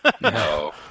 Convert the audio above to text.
No